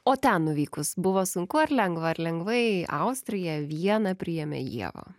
o ten nuvykus buvo sunku ar lengva ar lengvai austrija viena priėmė ievą